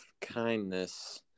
kindness